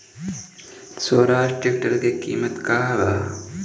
Swaraj tractor के किमत का बा?